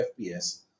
fps